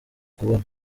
kubona